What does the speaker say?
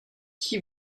qui